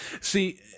See